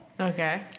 Okay